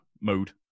mode